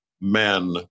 men